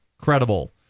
credible